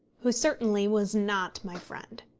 who certainly was not my friend.